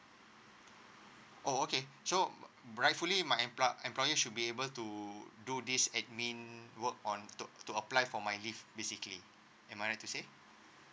oh okay so brightfully my employ employer should be able to do this admin work on to to apply for my leave basically am I right to say